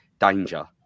danger